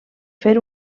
fer